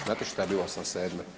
Znate šta je bilo '87?